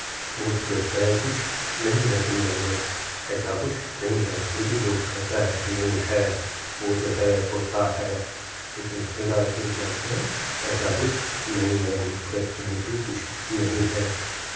भूत प्रेत चाहे कुछ नहीं है दुनियाँ में ऐसा कुछ नहीं है फिर भी लोग कहता है कि नहीं है भूत है होता है लेकिन मेरा यकीन मानते हैं ऐसा कुछ नहीं है भूत प्रेत कहीं पे कुछ नहीं है